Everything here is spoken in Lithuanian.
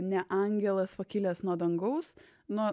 ne angelas pakilęs nuo dangaus nuo